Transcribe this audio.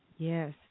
Yes